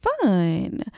fun